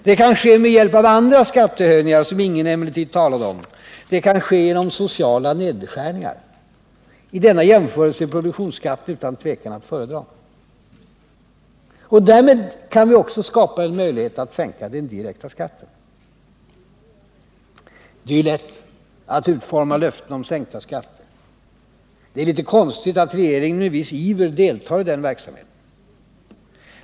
Det kan ske med hjälp av andra skattehöjningar, som ingen emellertid talat om. Det kan ske genom sociala nedskärningar. I denna jämförelse är produktionsskatten utan tvivel att föredra. Därmed kan vi också skapa en möjlighet att sänka den direkta skatten. Det är lätt att utforma löften om sänkta skatter. Det är litet konstigt att regeringen med viss iver deltar i denna verksamhet.